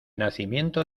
nacimiento